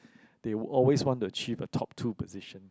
they always want to achieve a top two position